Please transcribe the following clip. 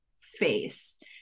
face